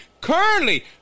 Currently